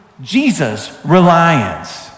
Jesus-reliance